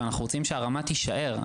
ואנחנו רוצים שהרמה תישאר.